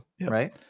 Right